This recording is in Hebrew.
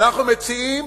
אנחנו מציעים